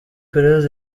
peres